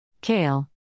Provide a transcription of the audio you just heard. Kale